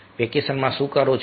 વેકેશનમાં શું કરો છો